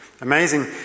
Amazing